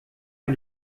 mal